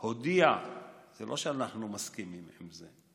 זה לא שאנחנו מסכימים לזה,